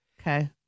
Okay